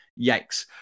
Yikes